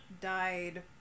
died